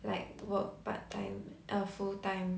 like work part time uh full time